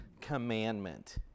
commandment